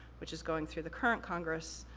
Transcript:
which is going through the current congress,